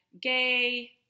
gay